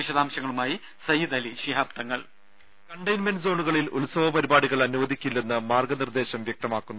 വിശദാംശങ്ങളുമായി സയ്യിദ് അലി ശിഹാബ് തങ്ങൾ ദേദ കണ്ടെയിൻമെന്റ് സോണുകളിൽ ഉത്സവ പരിപാടികൾ അനുവദിക്കില്ലെന്ന് മാർഗനിർദേശം വ്യക്തമാക്കുന്നു